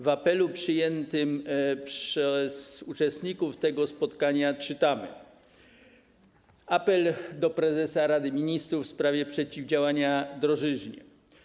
W apelu przyjętym przez uczestników tego spotkania czytamy: Apel do prezesa Rady Ministrów w sprawie przeciwdziałania drożyźnie.